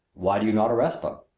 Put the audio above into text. why do you not arrest them?